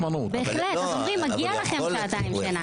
בהחלט, אומרים: מגיעות לכם שעתיים שינה.